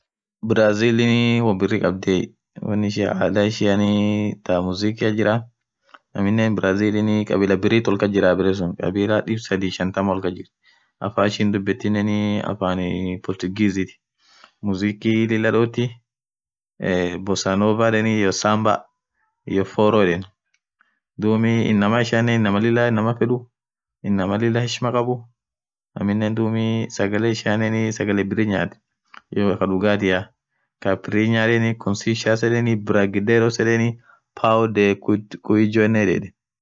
Brazil won ghudaa kabdhiye won ishia adhaaa ishia thaa musikiathe jira aminen brazil kabila birrithi wol kasjira kabila dhib sadhii shantamaa wol kasijirtthi afan ishin dhubethinen afan pochogies tii mziki lila dhothii bussa nuvaa yedheni hiyo samba iyoo forooo dhub inama ishia inamaa lila inamaa fedhu inamaa lila heshima kabbbu amenin dhubinen sagale ishianen sagale birir nyadhe iyoo kaaa dhughatia thaa pirinya yedheni concissians prak dilos yedheni pouder